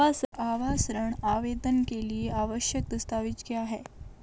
आवास ऋण आवेदन के लिए आवश्यक दस्तावेज़ क्या हैं?